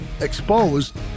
exposed